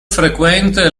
frequente